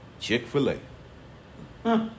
Chick-fil-A